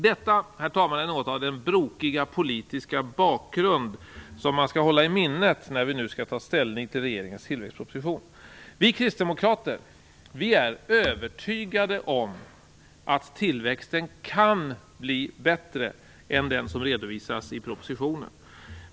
Detta är något av den brokiga politiska bakgrund som man skall hålla i minnet, när vi nu skall ta ställning till regeringens tillväxtproposition. Vi kristdemokrater är övertygade om att tillväxten kan bli bättre än den som redovisas i propositionen.